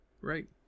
Right